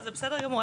לא, זה בסדר גמור.